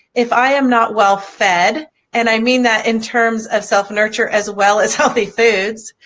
if i am not well fed and i mean that in terms of self-nurture as well as healthy foods,